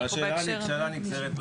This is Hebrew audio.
אבל שאלה נגזרת,